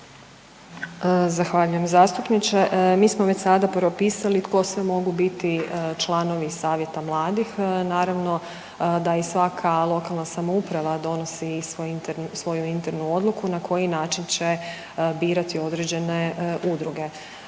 Zahvaljujem zastupniče. Mi smo već sada propisali tko sve mogu biti članovi savjeta mladih. Naravno da i svaka lokalna samouprava donosi i svoju internu odluku na koji način će birati određene udruge.